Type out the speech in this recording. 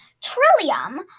Trillium